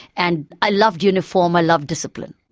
and i loved uniform, i love discipline.